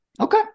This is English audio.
Okay